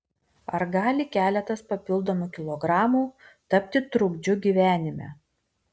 ar gali keletas papildomų kilogramų tapti trukdžiu gyvenime